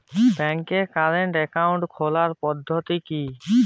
ব্যাংকে current account খোলার পদ্ধতি কি?